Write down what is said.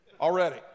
Already